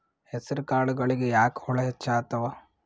ಹೆಸರ ಕಾಳುಗಳಿಗಿ ಯಾಕ ಹುಳ ಹೆಚ್ಚಾತವ?